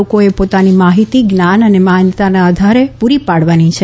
લોકોએ પોતાની માફીતી જ્ઞાન અને માન્યતાના આધારે પૂરી પાડવાની છે